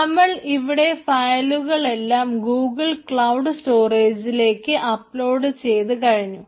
നമ്മൾ ഇവിടെ ഫയലുകളെല്ലാം ഗൂഗിൾ ക്ലൌഡ് സ്റ്റോറേജിലേക്ക് അപ്ലോഡ് ചെയ്തു കഴിഞ്ഞു